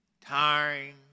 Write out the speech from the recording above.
Tiring